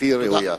בלתי ראויה.